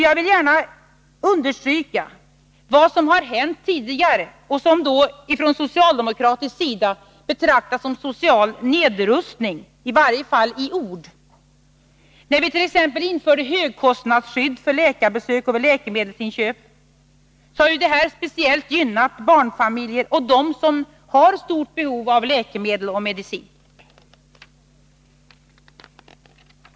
Jag vill understryka vad som har hänt tidigare och som då från socialdemokratisk sida i varje fall i ord har framställts som social nedrustning. Vårt införande av högkostnadsskydd för läkarbesök och läkemedelsinköp har särskilt gynnat barnfamiljer och dem som har speciellt stort behov av läkemedel och medicin.